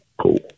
cool